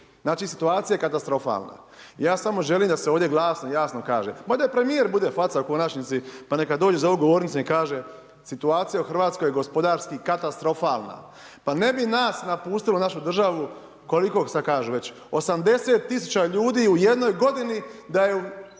Znači, situacija je katastrofalna. Ja samo želim da se ovdje glasno i jasno kaže, pa da i premijer bude faca u konačnici, pa neka dođe za ovu govornicu neka kaže, situacija u RH je gospodarski katastrofalna. Pa ne bi nas napustilo našu državu, koliko sad kažu već, 80 tisuća ljudi u jednoj godini da je